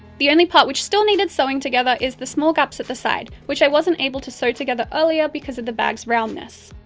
the only part which still needed sewing together is the small gaps at the side, which i wasn't able to sew together earlier because of the bag's roundness.